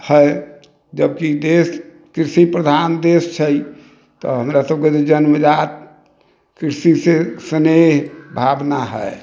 है जबकि देश कृषि प्रधान देश छै तऽ हमरा सभके तऽ जन्मजात कृषिसँ स्नेह भावना है